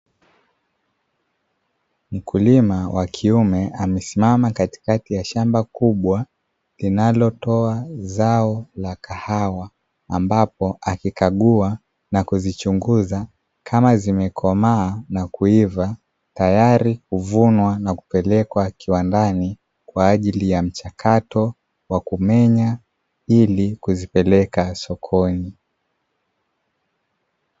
Mkulima wa kiume amesimama katikati ya shamba kubwa linalotoa zao la kahawa, ambapo akikagua na kuzichunguza kama zimekomaa na kuiva, tayari kuvunwa na kupelekwa kiwandani kwa ajili ya mchakato wa kumenya ili kuzipeleka sokoni.